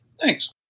Thanks